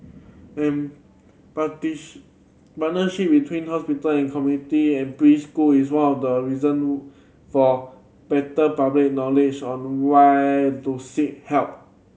and parties partnership between hospital and community and preschool is one of the reason for better public knowledge on where to seek help